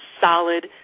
solid